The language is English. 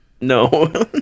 No